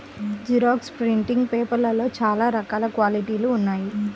xerox printing పేపర్లలో చాలా రకాల క్వాలిటీలు ఉన్నాయి